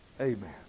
Amen